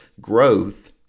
growth